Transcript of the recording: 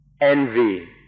Envy